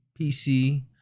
PC